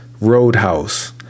Roadhouse